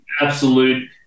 absolute